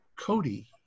Cody